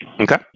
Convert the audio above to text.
okay